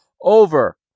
over